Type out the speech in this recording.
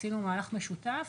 עשינו מהלך משותף,